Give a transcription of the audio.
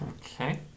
Okay